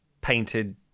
painted